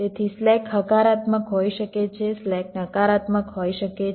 તેથી સ્લેક હકારાત્મક હોઈ શકે છે સ્લેક નકારાત્મક હોઈ શકે છે